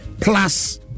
Plus